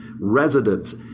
residents